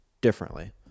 differently